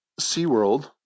SeaWorld